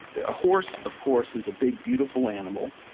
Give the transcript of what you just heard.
a horse, of course, is a big beautiful animal,